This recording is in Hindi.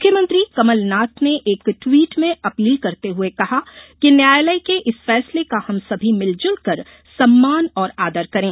मुख्यमंत्री कमल नाथ ने एक ट्वीट में अपील करते हुए कहा कि न्यायालय के इस फैसले का हम सभी मिलजुलकर सम्मान और आदर करे